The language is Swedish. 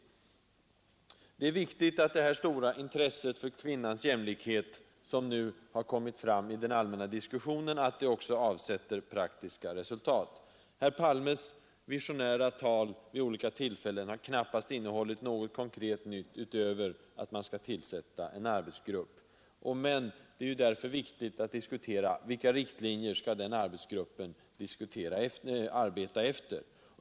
Det är viktigt att det stora intresse för kvinnans jämlikhet, som nu har kommit fram i den allmänna diskussionen, också avsätter praktiska resultat. Herr Palmes visionära tal vid olika tillfällen har knappast innehållit något konkret nytt utöver att man skall tillsätta en arbetsgrupp. Det är därför viktigt att diskutera vilka riktlinjer den arbetsgruppen skall arbeta efter.